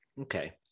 Okay